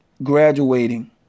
graduating